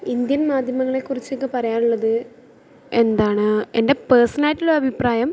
Indian മാധ്യമങ്ങളെക്കുറിച്ചൊക്കെ പറയാനുള്ളത് എന്താണ് എൻ്റെ പേഴ്സണായിട്ടുള്ള അഭിപ്രായം